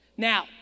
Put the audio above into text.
Now